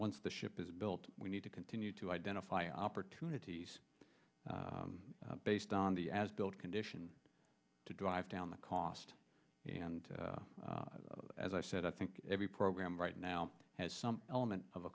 once the ship is built we need to continue to identify opportunities based on the as built condition to drive down the cost and as i said i think every program right now has some element of a